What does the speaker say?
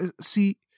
see